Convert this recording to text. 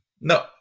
No